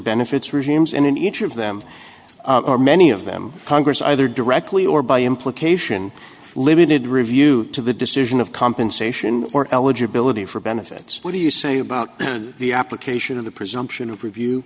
benefits regimes and in each of them or many of them congress either directly or by implication limited review to the decision of compensation or eligibility for benefits what do you say about the application of the presumption of review